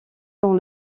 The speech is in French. dans